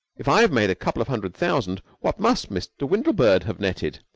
if i've made a couple of hundred thousand, what must mr. windlebird have netted.